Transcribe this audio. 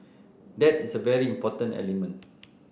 that is a very important element